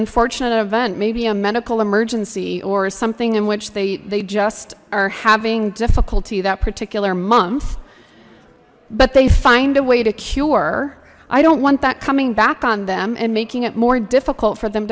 unfortunate event maybe a medical emergency or something in which they they just are having difficulty that particular month but they find a way to cure i don't want that coming back on them and making it more difficult for them